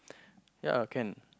ya can